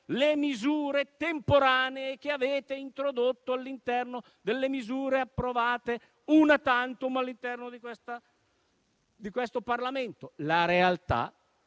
le misure temporanee che avete introdotto all'interno delle misure approvate *una tantum* all'interno di questo Parlamento. La realtà